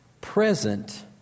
Present